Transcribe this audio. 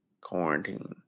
quarantine